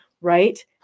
right